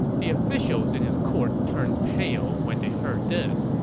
the officials in his court turned pale when they heard this,